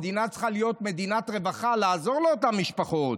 המדינה צריכה להיות מדינת רווחה ולעזור לאותן משפחות,